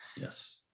Yes